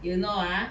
you know ah